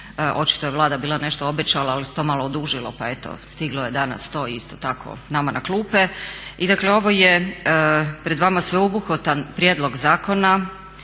Očito je Vlada bila nešto obećala, ali se to malo odužilo pa eto stiglo je danas to isto tako nama na klupe. I dakle ovo je pred vama sveobuhvatan prijedlog zakona